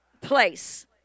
place